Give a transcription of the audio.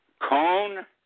cone